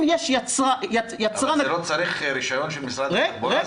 אם יש יצרן -- הוא לא צריך רישיון של משרד התחבורה?